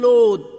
Lord